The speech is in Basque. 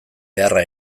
beharra